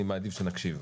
אני פותח את הישיבה.